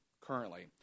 currently